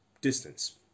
distance